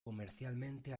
comercialmente